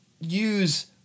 use